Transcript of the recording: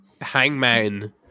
Hangman